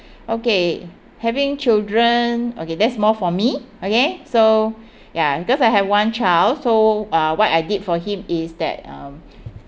okay having children okay that's more for me okay so ya because I have one child so uh what I did for him is that um